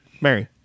mary